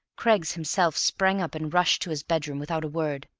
craggs himself sprang up and rushed to his bedroom without a word.